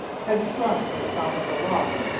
had sprung from the top of a rock,